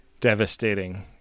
devastating